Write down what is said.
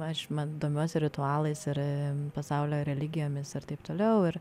aš mat domiuosi ritualais ir pasaulio religijomis ir taip toliau ir